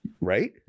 right